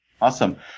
Awesome